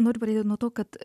noriu pradėt nuo to kad